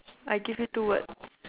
I give you two words